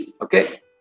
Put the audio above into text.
Okay